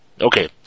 Okay